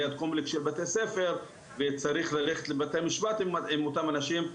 ליד קומפלקס של בתי ספר וצריך ללכת לבתי המשפט עם אותם אנשים,